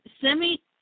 semi